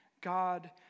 God